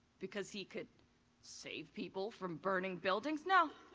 because he could save people from burning buildings? no.